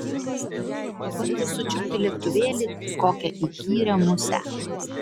pabandė sučiupti lėktuvėlį it kokią įkyrią musę